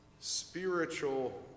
spiritual